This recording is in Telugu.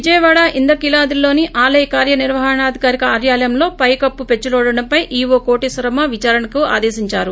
విజయవాడ ఇంద్రకీలాద్రిలోని ఆలయ కార్వనిర్వహణాధికారి కార్వాలయంలో పైకప్పు పెచ్చులూడడంపై ఈవో కోటేశ్వరమ్మ విచారణకు ఆదేశించారు